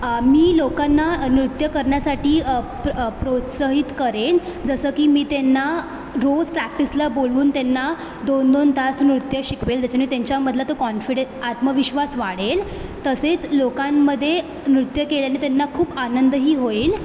मी लोकांना नृत्य करण्यासाठी प्रोत्सहित करेन जसं की मी त्यांना रोज प्रॅक्टिसला बोलवून त्यांना दोनदोन तास नृत्य शिकवेल ज्याच्याने त्यांच्यामधला तो कॉन्फिडे आत्मविश्वास वाढेल तसेच लोकांमध्ये नृत्य केल्याने त्यांना खूप आनंदही होईल